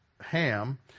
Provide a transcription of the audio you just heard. Ham